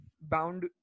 bound